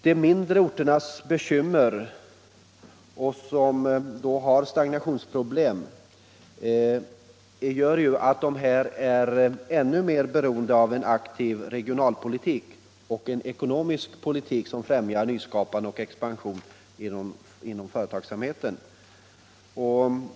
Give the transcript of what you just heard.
De mindre orternas bekymmer och stagnationsproblem gör att de är mer beroende än andra orter av aktiv regionalpolitik och en ekonomisk politik som främjar nyskapande och expansion inom företagsamheten.